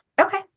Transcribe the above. Okay